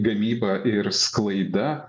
gamyba ir sklaida